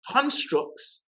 constructs